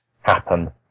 happen